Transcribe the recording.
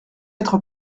être